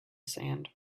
sand